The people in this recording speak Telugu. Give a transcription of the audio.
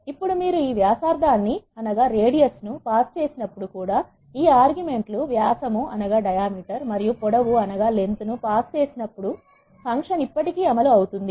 ఇప్పుడు మీరు ఈ వ్యాసార్థాన్ని పాస్ చేసినప్పుడు కూడా ఈ ఆర్గుమెంట్ లు వ్యాసము మరియు పొడవు ను పాస్ చేసినప్పుడు ఫంక్షన్ ఇప్పటికీ అమలు అవుతుంది